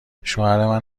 شوهرمن